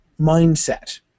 mindset